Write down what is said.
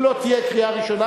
אם לא תהיה קריאה ראשונה,